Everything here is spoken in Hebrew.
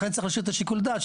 לכן צריך להשאיר את שיקול הדעת,